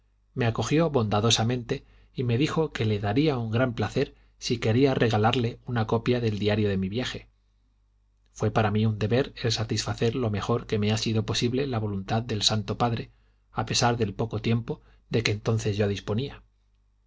me acogió bondadosamente y me dijo que le daría un gran placer si quería regalarle una copia del diario de mi viaje fué para mí un deber el satisfacer lo mejor que me ha sido posible la voluntad del santo padre a pesar del poco tiempo de que entonces yo disponía